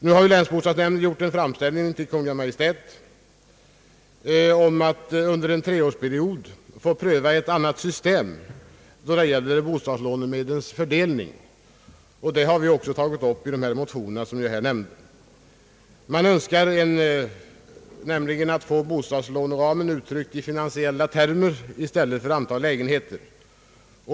Nu har länsbostadsnämnden gjort en framställning till Kungl. Maj:t om att under en treårsperiod få pröva ett annat system när det gäller bostadslånemedlens fördelning, och det har vi också tagit upp i de här nämnda motionerna. Man önskar nämligen få bostadslåneramen uttryckt i finansiella termer i stället för i antal lägenheter.